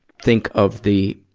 think of the,